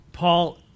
Paul